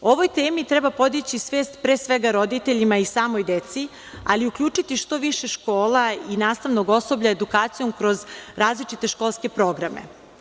Ovoj temi treba podići svest pre svega roditeljima i samoj deci, ali uključiti što više škola i nastavnog osoblja edukacijom kroz različite školske programe.